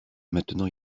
maintenant